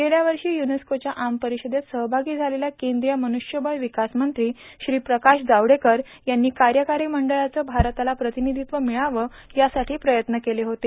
गेल्या वर्षी युनेस्कोच्या आम परिषदेत सहभागी झालेल्या केंद्रीय मनूष्यबळ विकास मंत्री श्री प्रकाश जावडेकर यांनी कार्यकारी मंडळाचं भारताला प्रतिनिधीत्व मिळावं यासाठी प्रयत्न केले होते